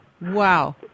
Wow